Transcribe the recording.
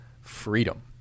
freedom